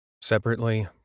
Separately